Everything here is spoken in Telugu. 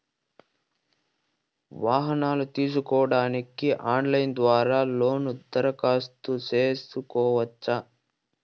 వాహనాలు తీసుకోడానికి ఆన్లైన్ ద్వారా లోను దరఖాస్తు సేసుకోవచ్చా?